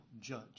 judge